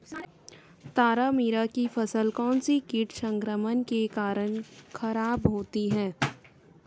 तारामीरा की फसल कौनसे कीट संक्रमण के कारण खराब होती है?